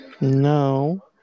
No